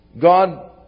God